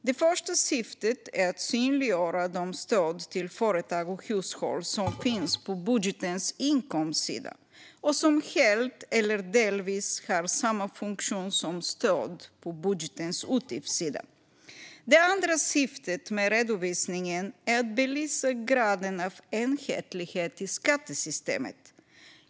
Det första syftet är att synliggöra de stöd till företag och hushåll som finns på budgetens inkomstsida och som helt eller delvis har samma funktion som stöd på budgetens utgiftssida. Det andra syftet med redovisningen är att belysa graden av enhetlighet i skattesystemet.